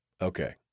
Okay